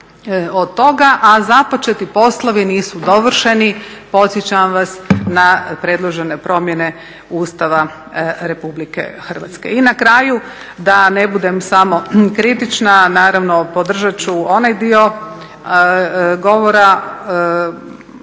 a započeti poslovi nisu dovršeni, podsjećam vas na predložene promjene Ustava Republike Hrvatske. I na kraju da ne budem samo kritična, naravno podržati ću onaj dio govora